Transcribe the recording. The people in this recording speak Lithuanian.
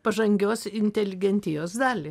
pažangios inteligentijos dalį